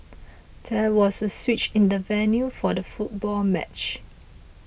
there was a switch in the venue for the football match